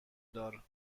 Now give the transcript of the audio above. دار